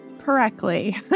correctly